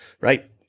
right